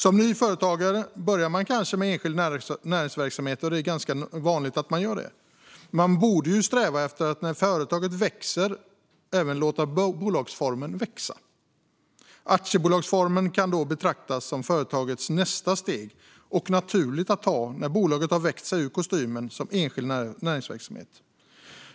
Som ny företagare börjar man kanske med enskild näringsverksamhet. Det är ganska vanligt att man gör det. Men man borde sträva efter att när företaget växer även låta bolagsformen växa. Aktiebolagsformen kan då betraktas som företagandets nästa steg, som är naturligt att ta när bolaget har växt ur kostymen som enskild näringsverksamhet.